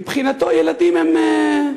מבחינתו ילדים הם,